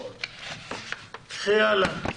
תלכי הלאה.